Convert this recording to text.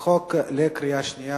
הפקה, ייצור,